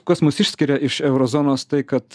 kas mus išskiria iš euro zonos tai kad